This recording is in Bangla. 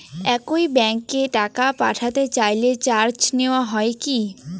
একই ব্যাংকে টাকা পাঠাতে চাইলে চার্জ নেওয়া হয় কি?